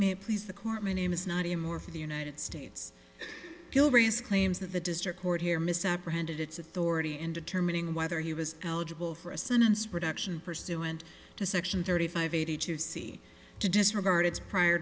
it please the court my name is not in more for the united states will raise claims that the district court here misapprehended its authority in determining whether he was eligible for a sentence reduction pursuant to section thirty five eighty jussi to disregard its prior